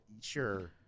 sure